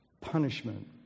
punishment